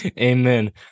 amen